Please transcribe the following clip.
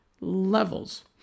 levels